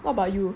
what about you